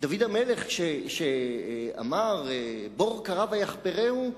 דוד המלך, כשאמר "בור כרה ויחפרהו",